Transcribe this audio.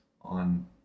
on